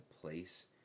place